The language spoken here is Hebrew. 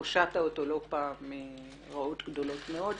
שהושעת אותו לא פעם מרעות גדולות מאוד,